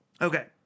Okay